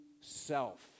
self